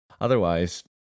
otherwise